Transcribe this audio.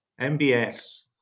MBS